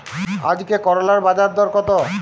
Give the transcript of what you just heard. আজকে করলার বাজারদর কত?